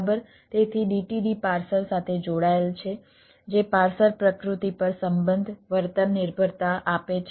તેથી DTD parser સાથે જોડાયેલ છે જે પાર્સર પ્રકૃતિ પર સંબંધ વર્તન નિર્ભરતા આપે છે